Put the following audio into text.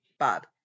Bob